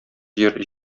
җир